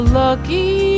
lucky